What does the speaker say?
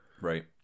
Right